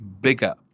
bigger